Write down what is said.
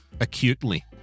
acutely